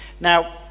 Now